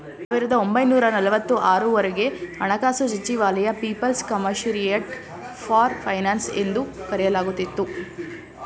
ಸಾವಿರದ ಒಂಬೈನೂರ ನಲವತ್ತು ಆರು ವರೆಗೆ ಹಣಕಾಸು ಸಚಿವಾಲಯ ಪೀಪಲ್ಸ್ ಕಮಿಷರಿಯಟ್ ಫಾರ್ ಫೈನಾನ್ಸ್ ಎಂದು ಕರೆಯಲಾಗುತ್ತಿತ್ತು